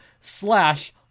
slash